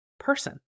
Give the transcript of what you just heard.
person